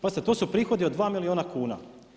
Pazite, to su prihodi od 2 milijuna kuna.